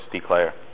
declare